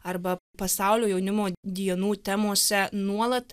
arba pasaulio jaunimo dienų temose nuolat